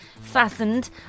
Fastened